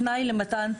כתנאי למתן,